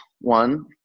One